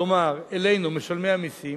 כלומר אלינו, משלמי המסים,